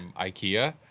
Ikea